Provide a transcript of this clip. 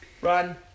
Run